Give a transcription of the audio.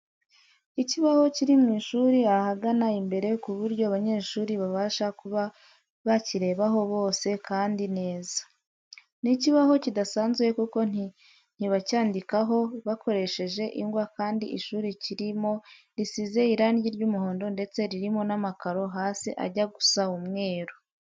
Ikibaho kiri mu ishuri ahagana imbere ku buryo abanyeshuri babasha kuba bakirebaho bose kandi neza. Ni ikibaho kidasanzwe kuko ntibacyandikaho bakoresheje ingwa kandi ishuri kirimo risize irange ry'umuhondo ndetse ririmo n'amakaro hasi ajya gusa umweru.